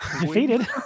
defeated